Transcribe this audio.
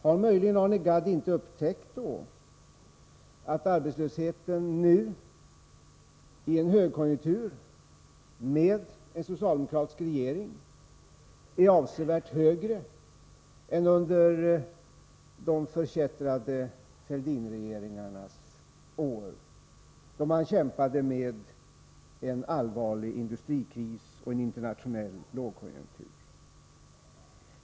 Har möjligen Arne Gadd inte upptäckt att arbetslösheten nu i en högkonjunktur med en socialdemokratisk regering är avsevärt högre än under de förkättrade Fälldinregeringarnas år, då man kämpade mot en allvarlig industrikris och en internationell lågkonjunktur?